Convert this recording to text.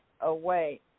away